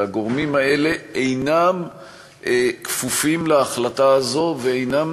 והגורמים האלה אינם כפופים להחלטה הזאת וגם אינם